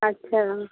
अच्छा